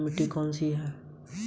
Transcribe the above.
काली मिट्टी कौन सी है?